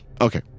Okay